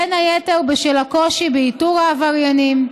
בין היתר בשל הקושי באיתור העבריינים,